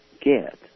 get